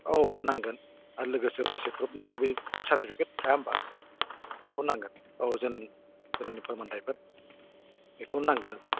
औ नांगोन आरो लोगोसे बैसो प्रुफनि थाखाय बै बार्थ सार्टिफिकेट थाया होनबा बेखौ नांगोन औ जोनोमनि फोरमानलाइफोर बेखौ नांगोन